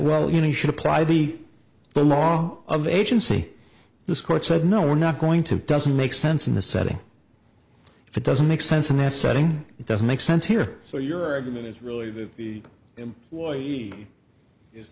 well you know we should apply the law of agency this court said no we're not going to doesn't make sense in the setting if it doesn't make sense in that setting it doesn't make sense here so your argument is really that the employee is